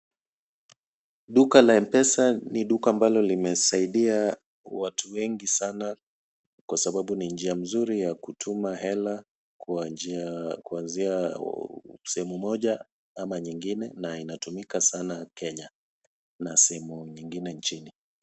Duka la M-Pesa ni duka ambalo limesaidia watu wengi sana kwa sababu ni njia mzuri ya kutuma hela kwa njia kuanzia sehemu moja ama nyingine na inatumika sana Kenya. Na sehemu nyingine nchini.